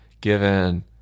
given